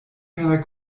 keiner